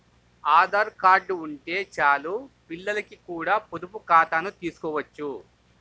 Aadhaar card ఉంటే చాలు పిల్లలకి కూడా పొదుపు ఖాతాను తీసుకోవచ్చు